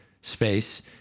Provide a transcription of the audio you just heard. space